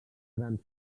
grans